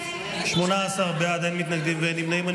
בעד, 18, אין מתנגדים, אין נמנעים.